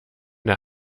der